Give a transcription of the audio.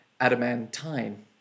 Adamantine